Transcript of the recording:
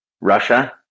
russia